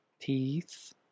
teeth